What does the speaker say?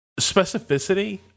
Specificity